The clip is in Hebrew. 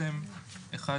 אחת,